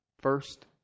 first